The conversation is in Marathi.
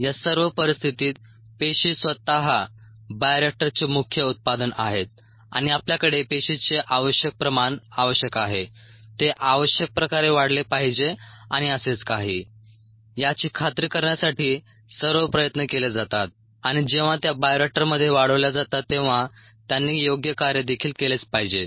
या सर्व परिस्थितीत पेशी स्वतः बायोरिएक्टरचे मुख्य उत्पादन आहेत आणि आपल्याकडे पेशीचे आवश्यक प्रमाण आवश्यक आहे ते आवश्यक प्रकारे वाढले पाहिजे आणि असेच काही याची खात्री करण्यासाठी सर्व प्रयत्न केले जातात आणि जेंव्हा त्या बायोरिएक्टरमध्ये वाढवल्या जातात तेंव्हा त्यांनी योग्य कार्य देखील केलेच पाहिजे